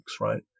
right